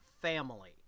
family